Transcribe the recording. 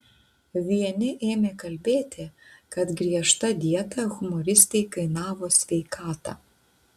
vieni ėmė kalbėti kad griežta dieta humoristei kainavo sveikatą